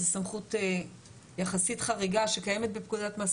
זה סמכות יחסית חריגה שקיימת